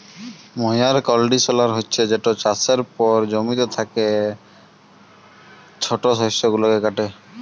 ময়ার কল্ডিশলার হছে যেট চাষের পর জমিতে থ্যাকা ছট শস্য গুলাকে কাটে